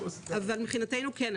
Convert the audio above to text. מבחינתנו כן.